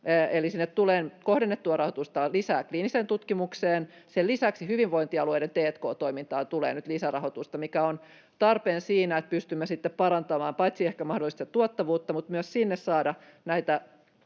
Eli sinne tulee kohdennettua rahoitusta lisää kliiniseen tutkimukseen. Sen lisäksi hyvinvointialueiden t&k-toimintaan tulee nyt lisärahoitusta, mikä on tarpeen siinä, että pystymme sitten paitsi parantamaan mahdollisesti sitä tuottavuutta mutta myös saamaan sinne näitä